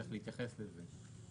צריך להתייחס לזה.